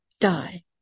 Die